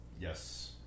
Yes